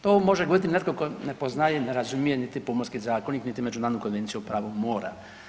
To može govoriti netko tko ne poznaje, ne razumije niti Pomorski zakonik niti Međunarodnu konvenciju o pravu mora.